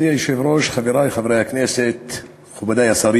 לסדר-היום, של חבר הכנסת טלב אבו עראר: